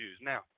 Now